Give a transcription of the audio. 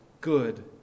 good